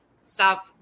stop